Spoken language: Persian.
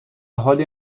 حالی